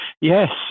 Yes